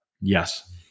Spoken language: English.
Yes